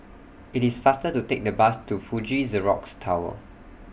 IT IS faster to Take The Bus to Fuji Xerox Tower